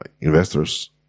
investors